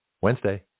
Wednesday